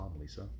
Lisa